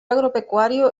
agropecuario